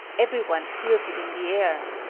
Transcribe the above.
everyone feels it in the air.